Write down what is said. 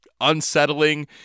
unsettling